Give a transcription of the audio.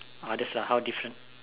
just a how different